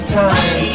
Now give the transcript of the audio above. time